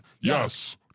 yes